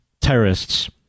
terrorists